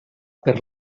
per